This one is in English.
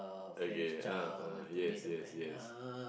okay ah ah yes yes yes